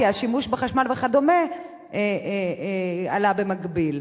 כי השימוש בחשמל וכדומה עלה במקביל.